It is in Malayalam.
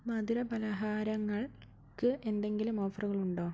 മധുര പലഹാരങ്ങൾക്ക് എന്തെങ്കിലും ഓഫറുകളുണ്ടോ